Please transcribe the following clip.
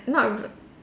not re~